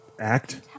Act